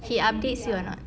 he updates you or not